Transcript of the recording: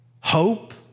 hope